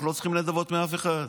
אנחנו לא צריכים נדבות מאף אחד.